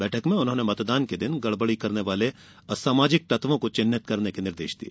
बैठक में उन्होंने मतदान के दिन गड़बड़ी करने वाले असामाजिक तत्वों को चिन्हित करने के निर्देश दिये